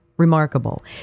remarkable